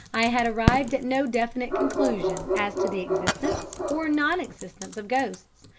i had arrived at no definite conclusion as to the existence or non-existence of ghosts.